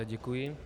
Děkuji.